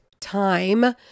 time